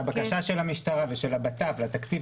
הבקשה של המשטרה ושל הבט"פ לתקציב